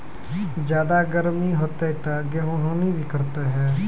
ज्यादा गर्म होते ता गेहूँ हनी भी करता है?